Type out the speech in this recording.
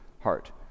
heart